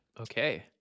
Okay